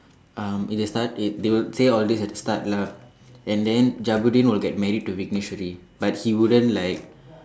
um in the start they they would say all this at the start lah and then Jabudeen will get married to Vikneswary but he wouldn't like